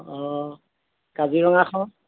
অঁ কাজিৰঙাখন